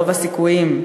רוב הסיכויים,